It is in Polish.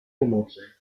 pomocy